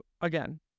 again